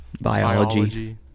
Biology